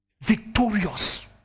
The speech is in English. victorious